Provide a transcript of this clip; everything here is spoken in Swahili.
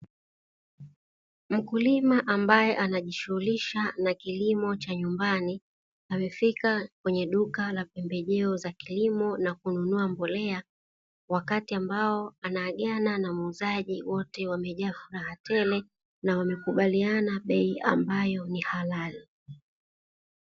Mkulima ambaye anajishughulisha na kilimo cha nyumbani, amefika kwenye duka la pembejeo za kilimo na kununua mbolea; wakati ambao anaagana na muuzaji wote wamejaa furaha tele na wamekubaliana bei ambayo ni halali.